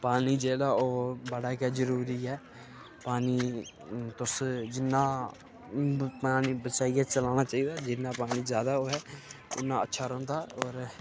पानी जेह्ड़ा ओह् बड़ा गै जरूरी ऐ पानी तुस जिन्ना पानी बचाइयै चलना चाहिदा ऐ जिन्ना पानी ज्यादा होऐ उन्ना अच्छा रौंह्दा होर